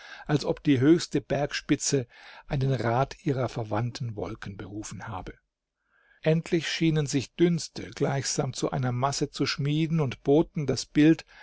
als ob die höchste bergspitze einen rat ihrer verwandten wolken berufen habe endlich schienen sich dünste gleichsam zu einer masse zu schmieden und boten das bild